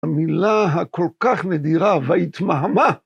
המילה הכל כך נדירה וההתמהמה